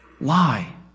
lie